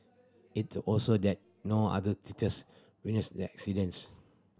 it also that no other teachers witnessed the incidents